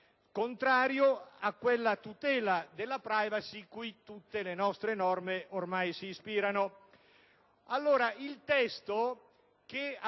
contrario a quella tutela della *privacy* cui tutte le nostre norme ormai si ispirano. Il testo